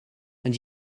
and